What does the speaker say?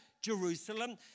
Jerusalem